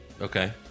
Okay